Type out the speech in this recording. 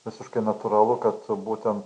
visiškai natūralu kad būtent